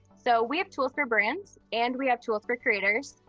so we have tools for brands and we have tools for creators.